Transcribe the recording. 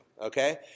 okay